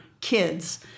kids